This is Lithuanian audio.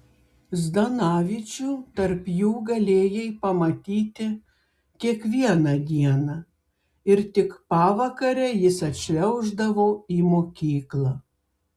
zdanavičių tarp jų galėjai pamatyti kiekvieną dieną ir tik pavakare jis atšliauždavo į mokyklą